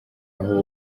aho